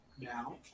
now